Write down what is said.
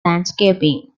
landscaping